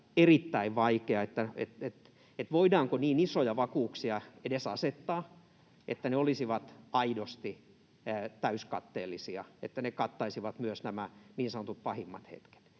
erittäin vaikea, että voidaanko niin isoja vakuuksia edes asettaa, että ne olisivat aidosti täyskatteellisia, että ne kattaisivat myös nämä niin sanotut pahimmat hetket.